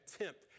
attempt